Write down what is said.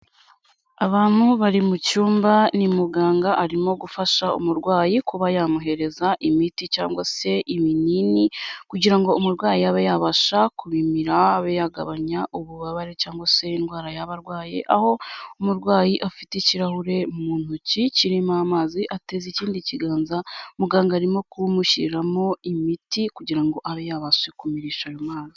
Abantu bari mu cyumba, ni muganga arimo gufasha umurwayi kuba yamuhereza imiti cyangwa se ibinini, kugira ngo umurwayi abe yabasha kubimira abe yagabanya ububabare cyangwa se indwara yaba arwaye, aho umurwayi afite ikirahure mu ntoki kirimo amazi, ateze ikindi kiganza muganga arimo kumushyiramo imiti, kugira ngo abe yabasha kumirisha ayo mazi.